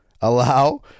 allow